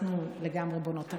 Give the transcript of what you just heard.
אנחנו לגמרי בונות עליך.